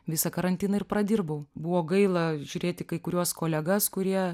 visą karantiną ir pradirbau buvo gaila žiūrėt į kai kuriuos kolegas kurie